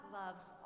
loves